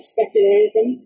secularism